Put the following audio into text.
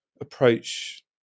approach